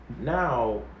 now